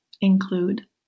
include